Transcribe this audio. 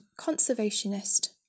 conservationist